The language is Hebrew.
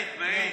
מעיד.